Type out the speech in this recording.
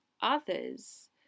others